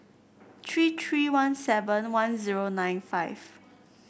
tree tree one seven one zero nine five